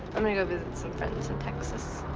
i'm gonna go visit some friends in texas. oh,